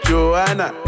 Joanna